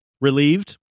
relieved